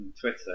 Twitter